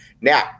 now